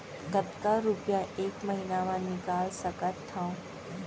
कतका रुपिया एक महीना म निकाल सकथव?